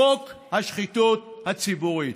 חוק השחיתות הציבורית.